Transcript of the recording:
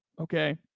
Okay